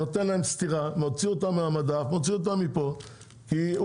נותן להם סתירה ומוציא אותם מהמדף כי הוא